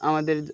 আমাদের